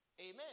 Amen